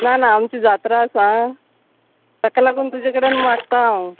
ना ना आमची जात्रा आसा ताका लागून तुजे कडेन मागता हांव